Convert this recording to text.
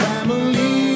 Family